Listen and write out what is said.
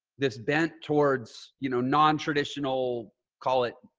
this bent towards, you know, non traditional call it,